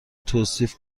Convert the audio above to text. توصیف